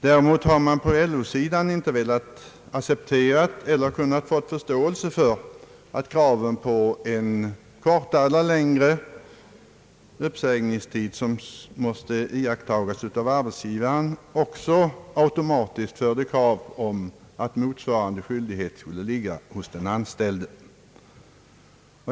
Däremot har man på LO-sidan inte kunnat få förståelse för kravet på en kortare eller längre uppsägningstid, som måste iakttas av arbetsgivaren och som automa tiskt föder krav på att motsvarande skyldighet skall föreligga för den anställde.